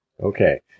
Okay